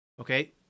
okay